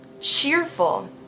cheerful